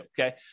okay